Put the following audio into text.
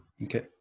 Okay